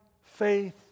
faith